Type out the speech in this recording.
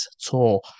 tour